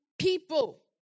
people